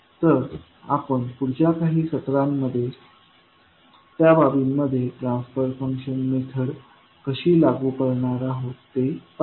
तर आपण पुढच्या काही सत्रांमध्ये त्या बाबींमध्ये ट्रान्सफर फंक्शन मेथड कशी लागू करणार आहोत ते पाहू